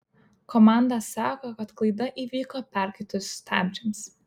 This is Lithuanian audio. komanda sako kad klaida įvyko perkaitus stabdžiams